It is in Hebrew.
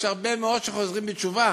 יש הרבה מאוד שחוזרים בתשובה.